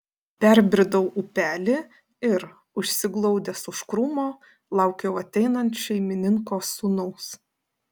perbridau upelį ir užsiglaudęs už krūmo laukiau ateinant šeimininko sūnaus